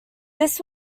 this